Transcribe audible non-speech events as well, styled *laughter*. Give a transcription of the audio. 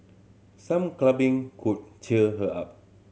some *unintelligible* could cheer her up